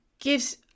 gives